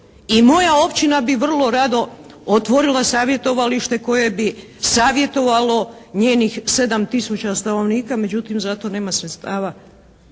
I moja općina bi vrlo rado otvorila savjetovalište koje bi savjetovalo njenih 7 tisuća stanovnika, međutim za to nema sredstava.